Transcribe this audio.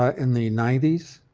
i, in the ninety s.